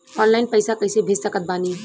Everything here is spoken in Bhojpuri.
ऑनलाइन पैसा कैसे भेज सकत बानी?